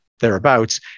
thereabouts